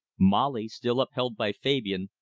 molly, still upheld by fabian,